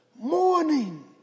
morning